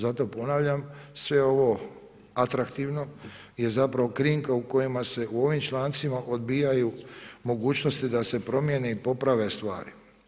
Zato ponavljam, sve ovo atraktivno je zapravo krinka u kojima se u ovim člancima odbijaju mogućnosti da se promijene i poprave stvari.